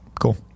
cool